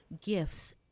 gifts